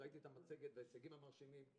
וראיתי את המצגת ואת ההישגים המרשימים,